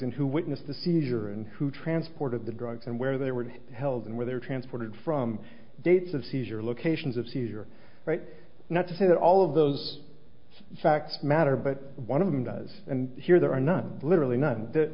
and who witnessed the seizure and who transported the drugs and where they were held and where they were transported from dates of seizure locations of seizure right not to say that all of those facts matter but one of them does and here there are none literally none that